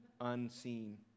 unseen